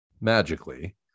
magically